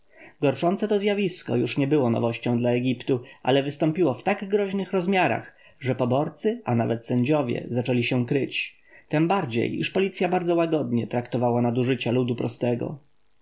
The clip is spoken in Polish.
gorszące to zjawisko już nie było nowością dla egiptu ale wystąpiło w tak groźnych rozmiarach że poborcy a nawet sędziowie zaczęli się kryć tem bardziej iż policja bardzo łagodnie traktowała nadużycia ludu prostego